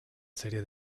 serie